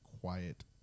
quiet